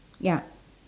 ya